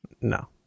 No